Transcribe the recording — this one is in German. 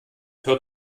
hört